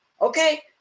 Okay